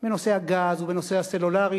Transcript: בנושא הגז ובנושא הסלולרי,